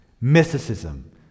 Mysticism